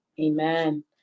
Amen